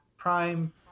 Prime